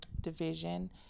Division